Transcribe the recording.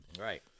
Right